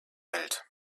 welt